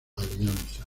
alianza